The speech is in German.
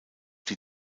die